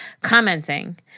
commenting